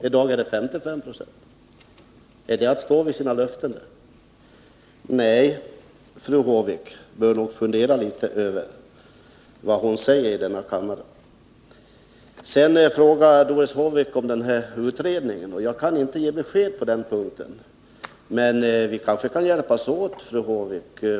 I dag är förslaget 55 70. Är det att stå vid sina löften? Nej, fru Håvik bör nog fundera litet över vad hon säger i denna kammare. Doris Håvik frågar om utredningen. Jag kan inte ge besked på den punkten. Men kanske kan vi hjälpas åt.